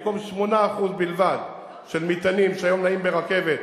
במקום 8% בלבד של מטענים שהיום נעים ברכבת,